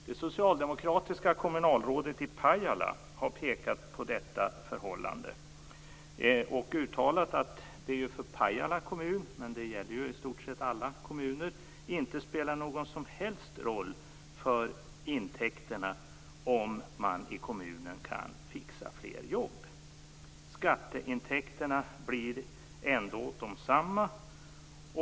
Det socialdemokratiska kommunalrådet i Pajala har pekat på detta förhållande och uttalat att det för Pajala kommun - men det gäller i stort sett alla kommuner - inte spelar någon som helst roll för intäkterna om man i kommunen kan fixa fler jobb. Skatteintäkterna blir ändå desamma.